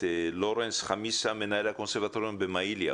לורן סחמיסה מנהל הקונסרבטוריון במהיליה.